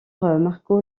marco